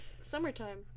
summertime